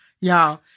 Y'all